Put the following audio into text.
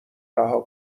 رها